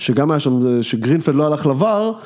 שגם היה שם, שגרינפלד לא הלך לVAR.